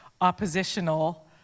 oppositional